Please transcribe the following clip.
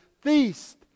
feast